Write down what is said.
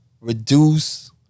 reduce